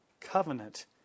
covenant